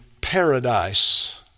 paradise